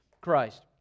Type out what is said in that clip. Christ